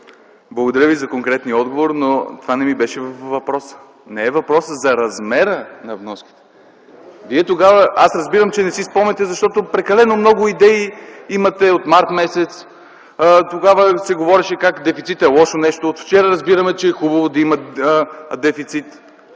благодаря Ви за конкретния отговор, но това не ми беше във въпроса. Не е въпросът за размера на вноските. Разбирам, че не си спомняте, защото прекалено много идеи имате от м. март. Тогава се говореше как дефицитът е лошо нещо, от вчера разбираме, че е хубаво да има дефицит,